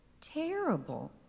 terrible